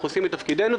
אנחנו עושים את תפקידנו.